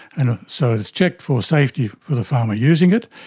and so it is checked for safety for the farmer using it,